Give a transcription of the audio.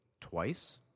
twice